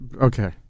Okay